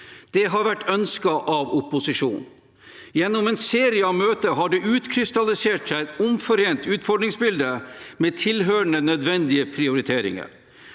Det har vært ønsket av opposisjonen. Gjennom en serie av møter har det utkrystallisert seg et omforent utfordringsbilde med tilhørende nødvendige prioriteringer.